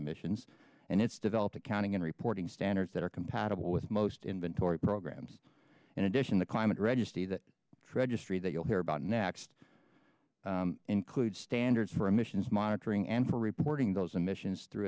emissions and its developed accounting and reporting standards that are compatible with most inventory programs in addition the climate registry that registry that you'll hear about next includes standards for emissions monitoring and for reporting those emissions through